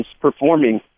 performing